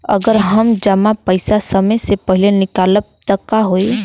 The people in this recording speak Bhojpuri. अगर हम जमा पैसा समय से पहिले निकालब त का होई?